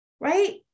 right